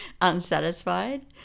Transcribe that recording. unsatisfied